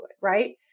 right